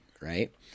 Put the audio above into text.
right